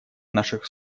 наших